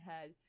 head